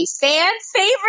fan-favorite